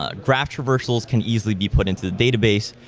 ah graph traversals can easily be put into the database.